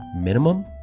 minimum